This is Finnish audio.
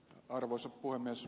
arvoisa puhemies